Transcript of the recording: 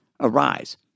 arise